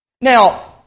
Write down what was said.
Now